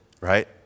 right